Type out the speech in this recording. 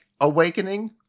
awakening